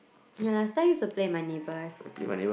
ya last time I used to play with my neighbours